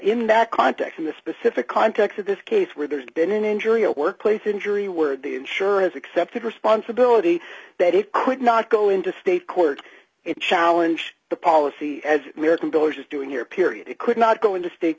in that context in the specific context of this case where there's been an injury a workplace injury where the insurer has accepted responsibility that it could not go into state court and challenge the policy as american dollars is doing here period it could not go into state